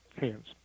hands